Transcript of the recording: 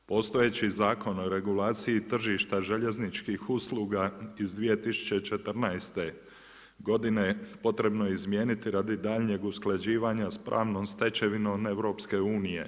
Postojeći Zakon o regulaciji tržišta željezničkih usluga iz 2014. godine potrebno je izmijeniti radi daljnjeg usklađivanja sa pravnom stečevinom EU.